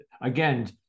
again